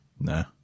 No